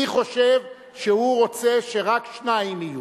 מי חושב שהוא רוצה שרק שניים יהיו.